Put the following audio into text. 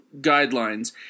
guidelines